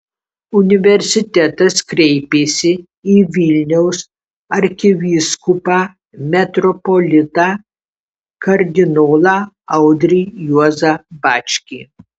universitetas kreipėsi į vilniaus arkivyskupą metropolitą kardinolą audrį juozą bačkį